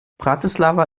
bratislava